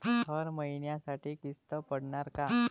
हर महिन्यासाठी किस्त पडनार का?